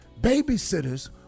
Babysitters